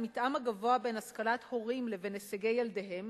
המתאם הגבוה בין השכלת הורים לבין הישגי ילדיהם